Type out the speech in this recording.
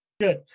Good